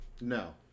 No